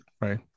right